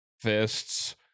fists